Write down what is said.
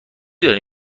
داری